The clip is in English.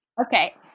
Okay